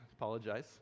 Apologize